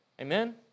Amen